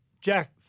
Jack